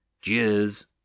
Cheers